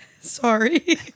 sorry